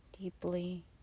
Deeply